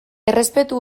errespetu